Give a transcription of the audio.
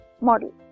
model